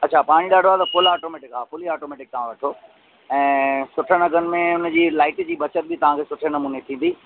अच्छा पाणी ॾाढो आहे त फुल ऑटोमैटिक हा फुली ऑटोमैटिक तव्हां वठो ऐं सुठनि अघुनि में हुनजी लाईट जी बचत बि तव्हांखे सुठे नमूने थींदी